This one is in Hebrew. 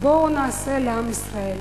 בואו נעשה לעם ישראל